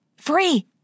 Free